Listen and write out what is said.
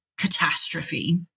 catastrophe